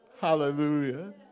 Hallelujah